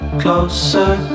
closer